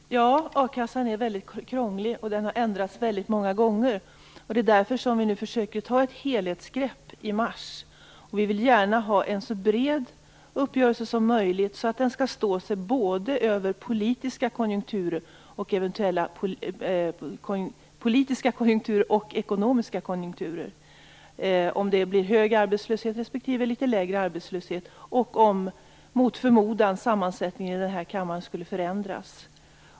Fru talman! Ja, a-kassan är väldigt krånglig och den har ändrats väldigt många gånger. Därför försöker vi i mars ta ett helhetsgrepp. Vi vill gärna ha en så bred uppgörelse som möjligt, så att den står sig över både ekonomiska och politiska konjunkturer - om det blir hög respektive litet lägre arbetslöshet och om, mot förmodan, sammansättningen i denna kammare skulle förändras.